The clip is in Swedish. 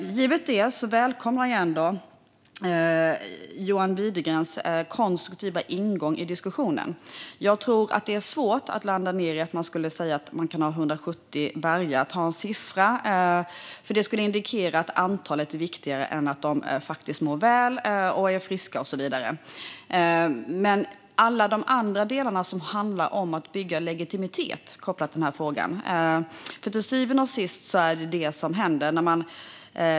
Givet det välkomnar jag John Widegrens konstruktiva ingång i diskussionen. Jag tror att det är svårt att landa i att man skulle säga att man kan ha 170 vargar. En siffra skulle indikera att antalet är viktigare än att de mår väl och är friska och så vidare. Men vad gäller alla de andra delarna handlar det om att bygga legitimitet kopplat till den här frågan.